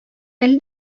әле